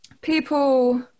people